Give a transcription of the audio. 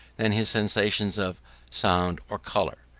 than his sensations of sound or colour?